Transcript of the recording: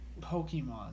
Pokemon